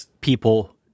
people